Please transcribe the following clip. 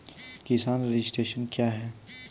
किसान रजिस्ट्रेशन क्या हैं?